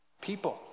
people